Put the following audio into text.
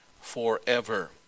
forever